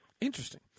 Interesting